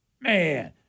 Man